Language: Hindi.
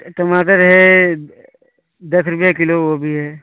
टा टमाटर है दस रुपये किलो वो भी है